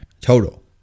total